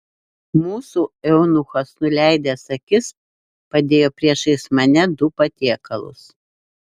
mūsų eunuchas nuleidęs akis padėjo priešais mane du patiekalus